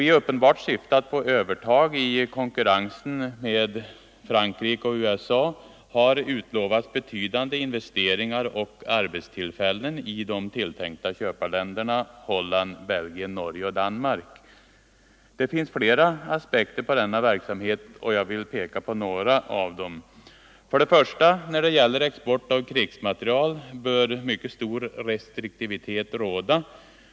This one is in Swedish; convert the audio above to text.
I uppenbart syfte att få övertag i konkurrensen med Frankrike och USA har man utlovat betydande investeringar och arbetstillfällen i de tilltänkta köparländerna, Holland, Belgien, Norge och Danmark. Det finns flera aspekter på denna verksamhet, och jag vill peka på några av dem. 1. När det gäller export av krigsmateriel bör mycket stor restriktivitet råda.